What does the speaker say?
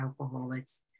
alcoholics